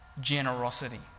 generosity